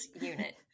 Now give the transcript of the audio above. unit